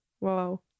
Wow